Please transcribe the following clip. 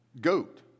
Goat